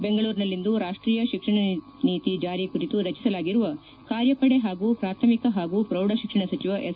ಬೆಂಗಳೂರಿನಲ್ಲಿಂದು ರಾಷ್ಷೀಯ ಶಿಕ್ಷಣ ನೀತಿ ಜಾರಿ ಕುರಿತು ರಚಿಸಲಾಗಿರುವ ಕಾರ್ಯಪಡೆ ಹಾಗೂ ಪ್ರಾಥಮಿಕ ಹಾಗೂ ಪ್ರೌಢಶಿಕ್ಷಣ ಸಚಿವ ಎಸ್